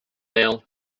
male